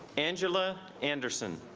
angela anderson